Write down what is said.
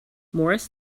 morris